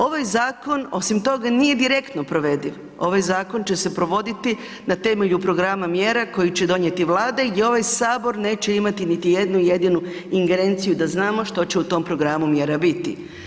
Ovaj zakon, osim toga nije direktno provediv, ovaj zakon će se provoditi na temelju programa mjera koji će donijeti Vlada i gdje ovaj Sabor neće imati niti jednu jedinu ingerenciju da znamo što će u tom programu mjera biti.